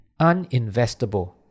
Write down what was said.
uninvestable